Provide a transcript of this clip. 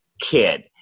kid